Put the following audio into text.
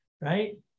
right